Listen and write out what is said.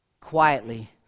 quietly